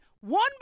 One